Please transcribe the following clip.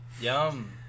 Yum